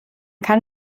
kann